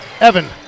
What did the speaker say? Evan